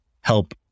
help